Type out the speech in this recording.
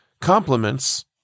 compliments